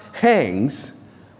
hangs